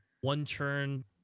one-turn